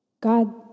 God